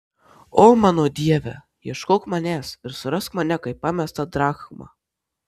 o mano dieve ieškok manęs ir surask mane kaip pamestą drachmą